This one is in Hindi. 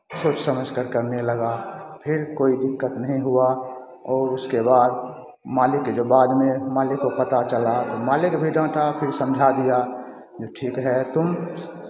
सोच समझ कर करने लगा फिर कोई दिक्कत नहीं हुआ और उसके बाद मालिक के जो बाद में मालिक को पता चला तो मालिक भी डाँटा फिर समझा दिया जो ठीक है तुम